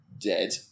dead